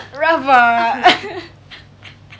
rabak